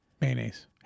Mayonnaise